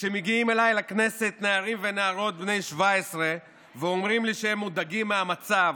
כשמגיעים אליי לכנסת נערים ונערות בני 17 ואומרים לי שהם מודאגים מהמצב,